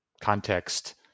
context